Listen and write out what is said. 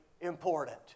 important